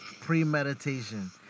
premeditation